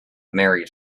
married